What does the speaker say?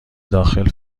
داخل